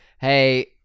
hey